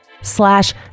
slash